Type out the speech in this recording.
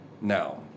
Now